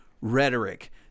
Rhetoric